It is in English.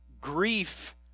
grief